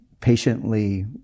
patiently